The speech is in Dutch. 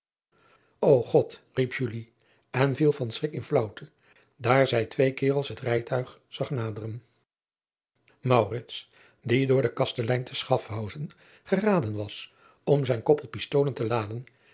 od riep en viel van schrik in flaauwte daar gij twee karels het rijtuig zag naderen die door den kastelein te chafhausen geraden was om zijn koppel pistolen te laden